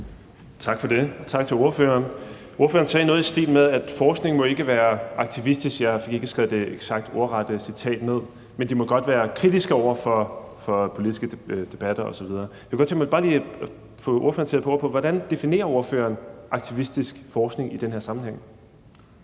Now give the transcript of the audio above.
Tak for det, og tak til ordføreren. Ordføreren sagde noget i stil med, at forskning ikke må være aktivistisk – jeg fik ikke skrevet det eksakt ordrette citat ned – men godt må være kritisk over for politiske debatter osv. Jeg kunne godt tænke mig bare lige at få ordføreren til at fortælle, hvordan ordføreren definerer »aktivistisk forskning« i den her sammenhæng.